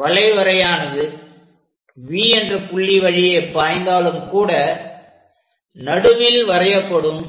வளைவரையானது V என்ற புள்ளி வழியே பாய்ந்தாலும் கூட நடுவில் வரையப்படும்